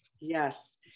Yes